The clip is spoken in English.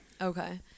Okay